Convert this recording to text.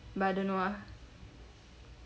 but I don't know ah